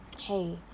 hey